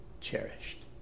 cherished